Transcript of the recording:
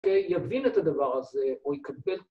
‫שיבין את הדבר הזה או יקבל.